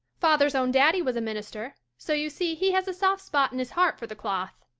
father's own daddy was a minister, so you see he has a soft spot in his heart for the cloth.